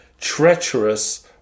treacherous